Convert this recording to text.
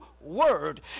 Word